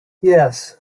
yes